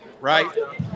right